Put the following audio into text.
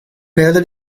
perla